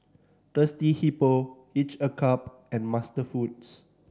Thirsty Hippo Each a Cup and MasterFoods